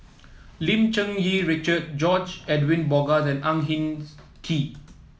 Lim Cherng Yih Richard George Edwin Bogaars and Ang Hin Kee